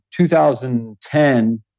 2010